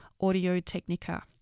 Audio-Technica